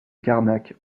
carnac